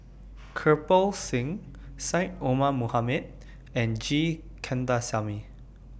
Kirpal Singh Syed Omar Mohamed and G Kandasamy